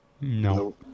No